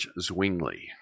Zwingli